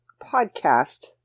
podcast